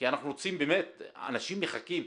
כי אנשים מחכים.